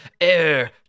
Air